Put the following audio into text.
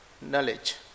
knowledge